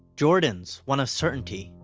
jordan's one of certainty.